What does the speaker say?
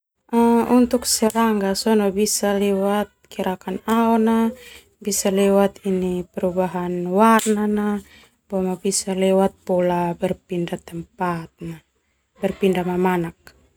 Ah untuk serangga sona bisa lewat gerakan aona, bisa lewat ini perubahan warna na, boma bisa lewat pola berpindah tempatnya, berpindah mamanak.